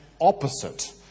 opposite